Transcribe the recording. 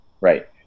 right